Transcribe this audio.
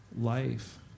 life